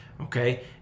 Okay